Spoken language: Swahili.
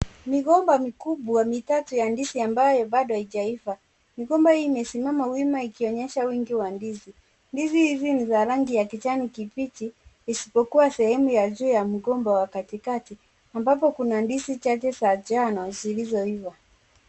Migomba mikubwa mitatu ya ndizi ambayo bado haijaiva. Migomba hii imesimama wima ikionyesha wingi wa ndizi. Ndizi hizi ni za rangi ya kijani kibichi isipokuwa sehemu ya juu ya mgomba ya katikati ambapo kuna ndizi chache za njano zilizoiva.